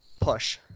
push